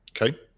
Okay